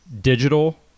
digital